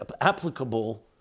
applicable